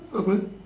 apa